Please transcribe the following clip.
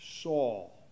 Saul